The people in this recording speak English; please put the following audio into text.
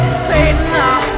satan